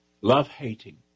Love-hating